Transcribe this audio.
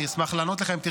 אני אשמח לענות לך, אם תרצה.